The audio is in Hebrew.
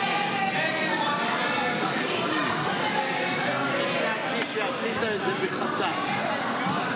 ההצעה להעביר לוועדה את הצעת חוק להקמת אוניברסיטה במחוז הצפון,